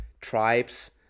tribes